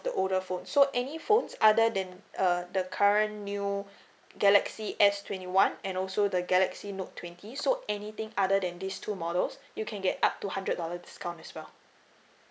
the older phone so any phones other than uh the current new galaxy S twenty one and also the galaxy note twenty so anything other than these two models you can get up to hundred dollar discount as well